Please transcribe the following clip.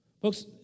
Folks